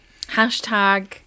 Hashtag